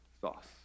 sauce